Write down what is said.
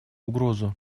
угрозу